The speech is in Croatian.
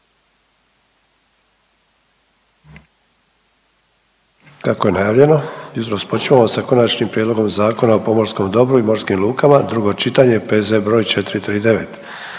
Kako je najavljeno jutros počinjemo sa: - Konačnim prijedlogom Zakona o pomorskom dobru i morskim lukama, drugo čitanje, P.Z. broj 439